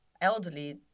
elderly